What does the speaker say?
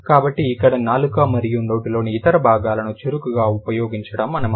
కాబట్టి అక్కడ నాలుక మరియు నోటిలోని ఇతర భాగాలను చురుకుగా ఉపయోగించడం అన్నమాట